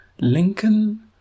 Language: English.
Lincoln